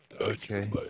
Okay